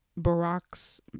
Barack's